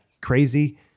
crazy